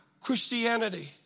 Christianity